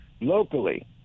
locally